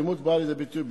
האלימות באה לידי ביטוי,